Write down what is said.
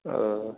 ओ